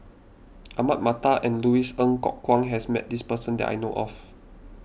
Ahmad Mattar and Louis Ng Kok Kwang has met this person that I know of